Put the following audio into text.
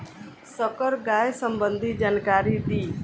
संकर गाय सबंधी जानकारी दी?